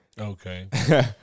Okay